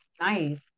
nice